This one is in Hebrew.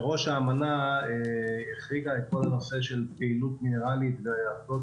מראש האמנה החריגה את כל הנושא של פעילות מינרלית באסדות